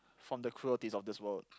from the cruelties of this world